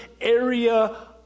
area